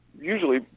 usually